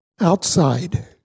outside